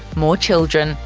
more children.